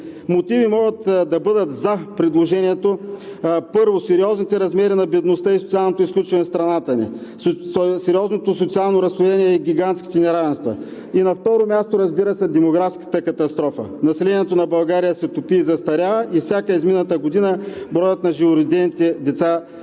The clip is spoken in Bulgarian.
Мотиви могат да бъдат „за“ предложението, първо, сериозните размери на бедността и социалното изключване в страната ни, сериозното социално разслоение и гигантските неравенства. И на второ място, разбира се, демографската катастрофа. Населението на България се топи и застарява и всяка изминала година броят на живородените деца